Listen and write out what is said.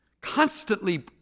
Constantly